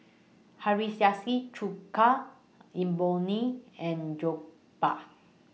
Hiyashi Chuka Imoni and Jokbal